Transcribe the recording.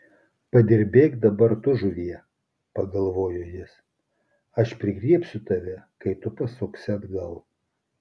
padirbėk dabar tu žuvie pagalvojo jis aš prigriebsiu tave kai tu pasuksi atgal